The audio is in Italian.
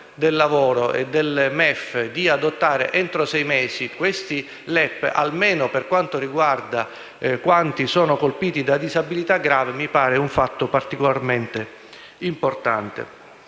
del lavoro e del MEF di adottare entro sei mesi questi LEP almeno per quanto riguarda quanti sono colpiti da disabilità gravi mi pare un fatto particolarmente importante.